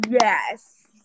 Yes